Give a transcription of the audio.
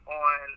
on